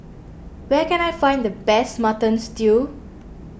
where can I find the best Mutton Stew